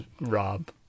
Rob